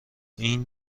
این